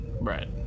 Right